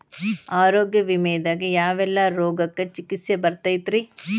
ಆರೋಗ್ಯ ವಿಮೆದಾಗ ಯಾವೆಲ್ಲ ರೋಗಕ್ಕ ಚಿಕಿತ್ಸಿ ಬರ್ತೈತ್ರಿ?